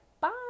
Bye